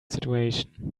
situation